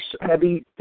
heavy